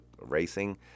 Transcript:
racing